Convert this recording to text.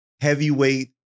heavyweight